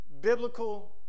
biblical